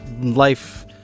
life